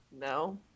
No